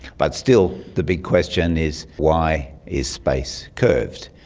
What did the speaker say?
but still, the big question is why is space curved,